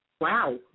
wow